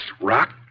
rock